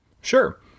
Sure